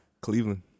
Cleveland